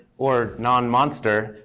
or non-monster,